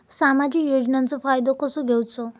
सामाजिक योजनांचो फायदो कसो घेवचो?